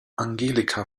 angelika